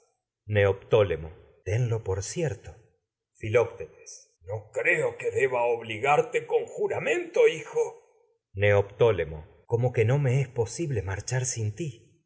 neoptólemo filoctetes tenlo por cierto creo no que deba obligarte con jura mento hijo neoptólemo ti como que no me es posible marchar sin